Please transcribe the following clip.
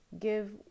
give